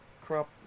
crop